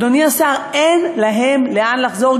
אדוני השר, אין להם לאן לחזור.